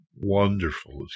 wonderful